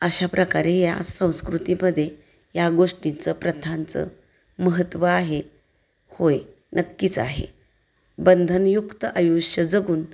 अशा प्रकारे या संस्कृतीमध्ये या गोष्टींचं प्रथांचं महत्त्व आहे होय नक्कीच आहे बंधनयुक्त आयुष्य जगून